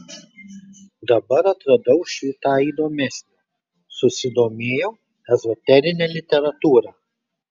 dabar atradau šį tą įdomesnio susidomėjau ezoterine literatūra